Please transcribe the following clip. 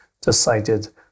decided